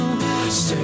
Stay